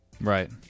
Right